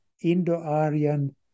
Indo-Aryan